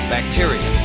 Bacteria